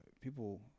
People